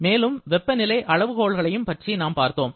மேலும் வெப்பநிலை அளவுகோல்களையும் பற்றி நாம் பார்த்தோம்